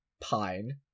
pine